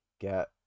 get